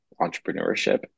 entrepreneurship